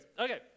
okay